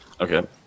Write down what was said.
Okay